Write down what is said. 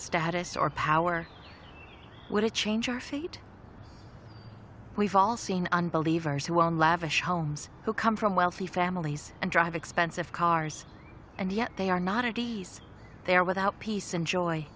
status or power would it change our fate we've all seen unbelievers who are in lavish homes who come from wealthy families and drive expensive cars and yet they are not at ease they are without peace and joy